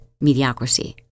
mediocrity